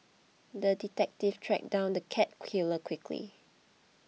the detective tracked down the cat killer quickly